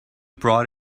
brought